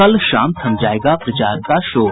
कल शाम थम जायेगा प्रचार का शोर